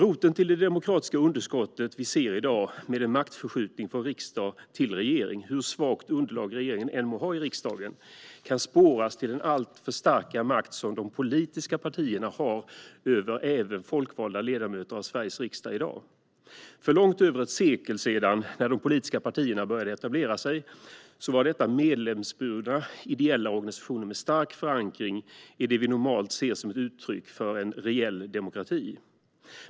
Roten till det demokratiska underskott vi ser i dag med en maktförskjutning från riksdag till regering, hur svagt underlag regeringen än må ha i riksdagen, kan spåras till den alltför starka makt som de politiska partierna i dag har även över folkvalda ledamöter av Sveriges riksdag. För långt över ett sekel sedan, när de politiska partierna började etablera sig, var dessa medlemsburna ideella organisationer med stark förankring i det vi normalt ser som uttryck för en reell demokrati.